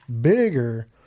bigger